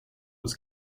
was